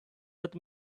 let